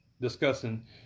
discussing